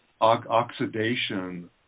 Oxidation